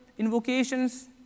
invocations